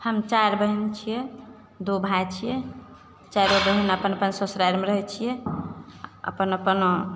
हम चारि बहिन छिए दुइ भाइ छिए चारिओ बहिन अपन अपन ससुरारिमे रहै छिए अपन अपन